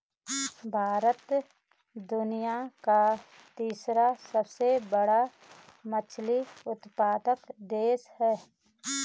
भारत दुनिया का तीसरा सबसे बड़ा मछली उत्पादक देश है